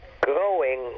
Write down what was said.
growing